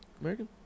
American